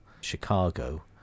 Chicago